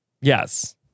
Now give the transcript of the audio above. Yes